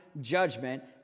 judgment